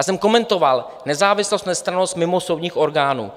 Já jsem komentoval nezávislost, nestrannost mimosoudních orgánů.